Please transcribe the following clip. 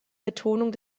betonung